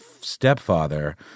stepfather